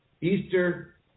Easter